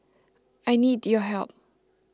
I need your help